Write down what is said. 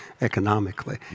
economically